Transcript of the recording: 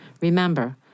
Remember